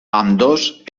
ambdós